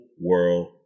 world